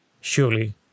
Surely